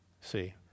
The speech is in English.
See